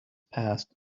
passed